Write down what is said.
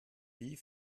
wie